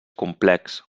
complex